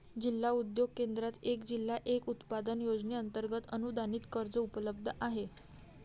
जिल्हा उद्योग केंद्रात एक जिल्हा एक उत्पादन योजनेअंतर्गत अनुदानित कर्ज उपलब्ध आहे